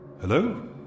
Hello